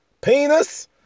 Penis